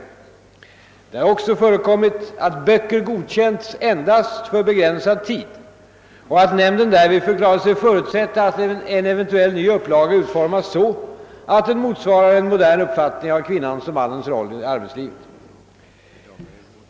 Det har också förekommit att böcker godkänts endast för begränsad tid och att nämnden därvid förklarat sig förutsätta att en eventuell ny upplaga utformas så att den motsvarar en modern uppfattning av kvinnans och mannens roll i arbetslivet.